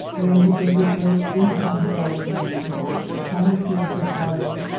then the desert breaks in upon the valley ranches, upon the fields of bar ley,